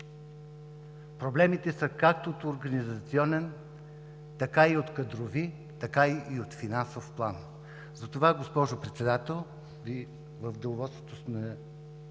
Проблемите са както от организационен, така и от кадрови, така и от финансов план. Затова, госпожо Председател, в Деловодството сме